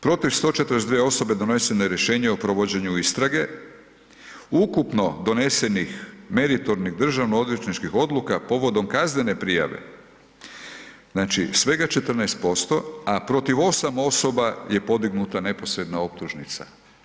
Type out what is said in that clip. Protiv 142 osobe doneseno je rješenju o provođenju istrage, ukupno donesenih meritornih državnoodvjetničkih odluka povodom kaznene prijave, znači svega 14% a protiv 8 osoba je podignuta neposredna optužnica.